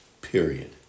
Period